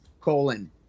colon